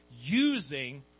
using